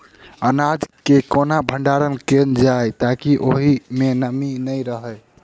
अनाज केँ केना भण्डारण कैल जाए ताकि ओई मै नमी नै रहै?